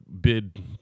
bid